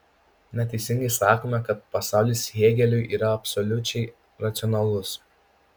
neteisingai sakome kad pasaulis hėgeliui yra absoliučiai racionalus